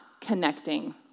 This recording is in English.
connecting